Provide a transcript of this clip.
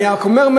אני רק אומר,